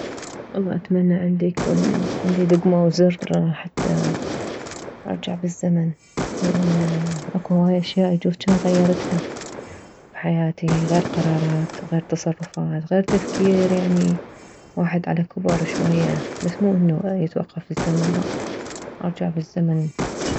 والله اتمنى عندي يكون عندي دكمة او زر حتى ارجع بالزمن لان اكو هواية اشياء يجوز جان غيرتها بحياتي غير قرارات غير تصرفات غير تفكير يعني واحد على كبر شوية بس مو انه يتوقف الزمن لا ارجع بالزمن